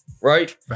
Right